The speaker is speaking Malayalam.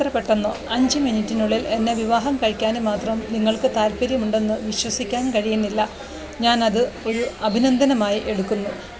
ഇത്ര പെട്ടന്നോ അഞ്ച് മിനിറ്റിനുള്ളിൽ എന്നെ വിവാഹം കഴിക്കാനും മാത്രം നിങ്ങൾക്ക് താൽപ്പര്യമുണ്ടെന്ന് വിശ്വസിക്കാൻ കഴിയുന്നില്ല ഞാൻ അത് ഒരു അഭിനന്ദനമായി എടുക്കുന്നു